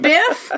Biff